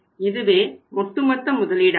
இதுவே ஒட்டுமொத்த முதலீடாகும்